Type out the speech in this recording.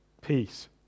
peace